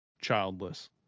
childless